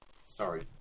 Sorry